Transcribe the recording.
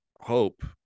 hope